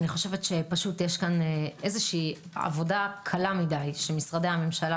אני חושבת שיש פה עבודה קלה מדי שמשרדי הממשלה